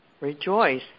Rejoice